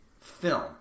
film